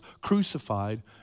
crucified